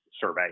survey